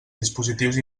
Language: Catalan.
dispositius